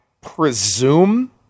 presume